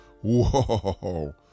whoa